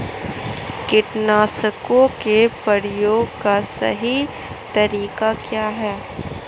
कीटनाशकों के प्रयोग का सही तरीका क्या है?